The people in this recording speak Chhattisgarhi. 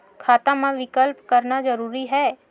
खाता मा विकल्प करना जरूरी है?